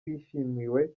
bishimiwe